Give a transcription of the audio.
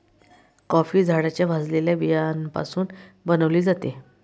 coffee झाडाच्या भाजलेल्या बियाण्यापासून बनविली जाते